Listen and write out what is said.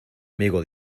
amigo